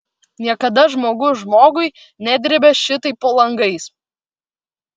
niekada žmogus žmogui nedrėbė šitaip po langais